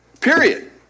Period